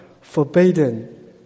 forbidden